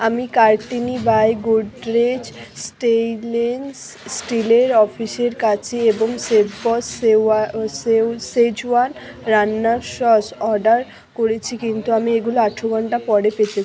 আমি Cartini by Goodrich stainless স্টিলের অফিসের কাছে এবং শেফবস শেওয়া শেজওয়ান রান্নার সস অর্ডার করেছি কিন্তু আমি এগুলো আঠেরো ঘন্টা পরে পেতে